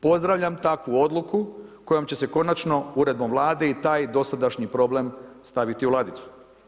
Pozdravljam takvu odluku kojom će se konačno uredbom Vlade i taj dosadašnji problem staviti u ladicu.